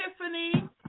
Tiffany